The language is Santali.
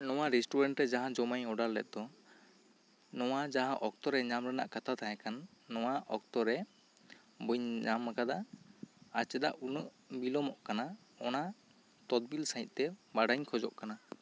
ᱱᱚᱶᱟ ᱨᱮᱥᱴᱩᱨᱮᱱᱴ ᱨᱮ ᱡᱟᱦᱟᱸ ᱡᱚᱢᱟᱜ ᱤᱧ ᱚᱰᱟᱨ ᱞᱮᱫ ᱫᱚ ᱱᱚᱶᱟ ᱡᱟᱦᱟᱸ ᱚᱠᱛᱚ ᱨᱮ ᱧᱟᱢ ᱨᱮᱱᱟᱜ ᱠᱟᱛᱷᱟ ᱛᱟᱦᱮᱸᱠᱟᱱ ᱱᱚᱶᱟ ᱚᱠᱛᱚ ᱨᱮ ᱵᱟᱹᱧ ᱧᱟᱢ ᱟᱠᱟᱫᱟ ᱟᱨ ᱪᱮᱫᱟᱜ ᱩᱱᱟᱹᱜ ᱵᱤᱞᱚᱢᱚᱜ ᱠᱟᱱᱟ ᱚᱱᱟ ᱛᱚᱛᱵᱤᱞ ᱥᱟᱹᱦᱤᱡ ᱛᱮ ᱵᱟᱲᱟᱭ ᱤᱧ ᱠᱷᱚᱡᱚᱜ ᱠᱟᱱᱟ